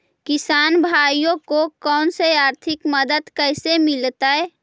किसान भाइयोके कोन से आर्थिक मदत कैसे मीलतय?